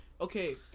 Okay